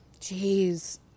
Jeez